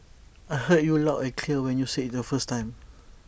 I heard you loud and clear when you said the first time